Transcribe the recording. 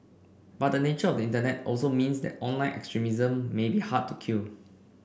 but the nature of the internet also means that online extremism may be hard to kill